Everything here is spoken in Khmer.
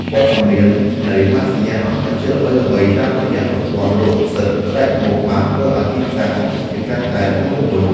វត្តមាននៃម៉ាកសញ្ញាអន្តរជាតិល្បីៗតាមរយៈប្រព័ន្ធលក់សិទ្ធិផ្តាច់មុខបានធ្វើឱ្យទីផ្សារកម្ពុជាកាន់តែរស់រវើក។